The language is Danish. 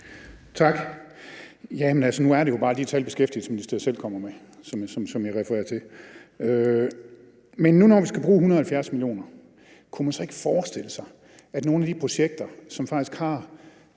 Tak. Nu er det jo bare de tal, Beskæftigelsesministeriet selv kommer med, som jeg refererer til. Men når vi nu skal bruge 170 mio. kr., vil ordføreren så udelukke, at man kunne forestille sig, at hvis man i nogle af de projekter, som faktisk har